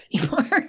anymore